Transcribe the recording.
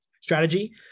strategy